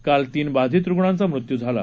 काल तीन बाधित रुग्णांचा मृत्यू झाला